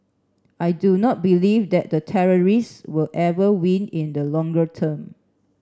I do not believe that the terrorists will ever win in the longer term